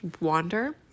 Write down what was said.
wander